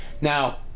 now